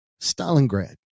Stalingrad